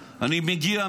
אצלי: אני מגיע,